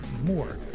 more